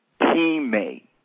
teammate